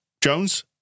Jones